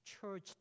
church